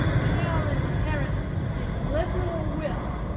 shall inherit his liberal will,